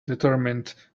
determined